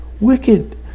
wicked